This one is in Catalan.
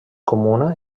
comuna